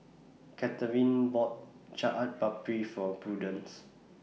Katharyn bought Chaat Papri For Prudence